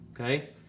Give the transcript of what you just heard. okay